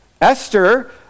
Esther